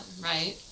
right